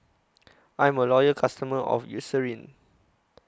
I'm A Loyal customer of Eucerin